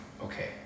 okay